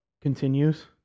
continues